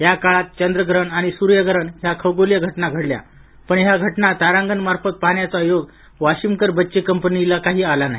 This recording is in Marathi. या काळात चंद्रग्रहण आणि सूर्यग्रहण ह्या खगोलीय घटना घडल्या पण ह्या घटना तारांगण मार्फत पाहचा योग वाशिमकर बच्चे कंपनीला आला नाही